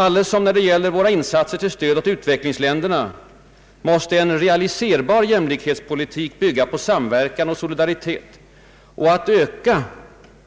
Alldeles som när det gäller våra insatser till stöd åt utvecklingsländerna måste en realiserbar jämlikhetspolitik bygga på samverkan, solidaritet och ökning av